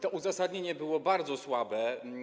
To uzasadnienie było bardzo słabe.